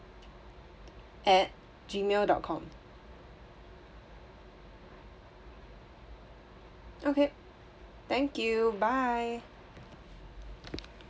at gmail dot com okay thank you bye